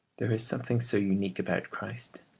there is something so unique about christ.